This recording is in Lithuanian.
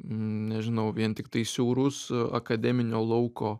nežinau vien tiktai siaurus akademinio lauko